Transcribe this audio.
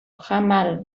jamal